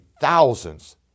thousands